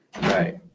Right